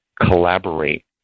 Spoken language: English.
collaborate